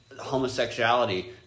homosexuality